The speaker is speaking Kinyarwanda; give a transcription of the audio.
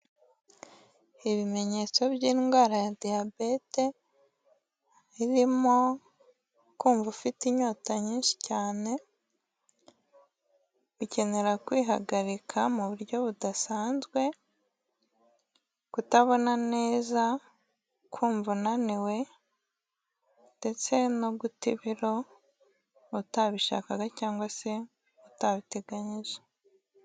Ibimenyetso by'indwara ya Diyabete, birimo kumva ufite inyota nyinshi cyane, gukenera kwihagarika mu buryo budasanzwe, kutabona neza, kumva unaniwe ndetse no guta ibiro utabishakaga cyangwa se utabiteganyije.